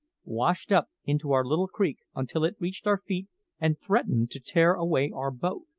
washed up into our little creek until it reached our feet and threatened to tear away our boat.